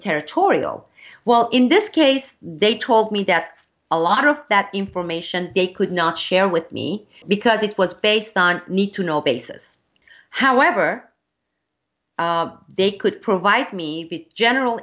territorial well in this case they told me that a lot of that information they could not share with me because it was based on need to know basis however they could provide me bit general